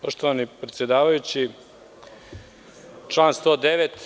Poštovani predsedavajući, član 109.